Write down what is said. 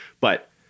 but-